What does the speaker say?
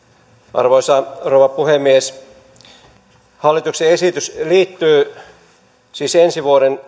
arvoisa rouva puhemies hallituksen esitys liittyy siis ensi vuoden